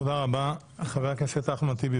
כן, חבר הכנסת עלי סלאלחה.